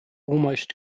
almost